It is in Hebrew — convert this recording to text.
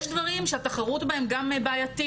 יש דברים שהתחרות בהן בעייתית.